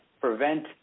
prevent